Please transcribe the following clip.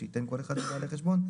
שייתן כל אחד מבעלי החשבון,